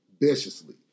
viciously